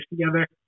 together